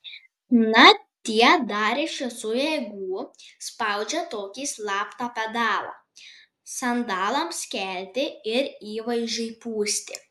na tie dar iš visų jėgų spaudžia tokį slaptą pedalą sandalams kelti ir įvaizdžiui pūsti